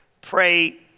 Pray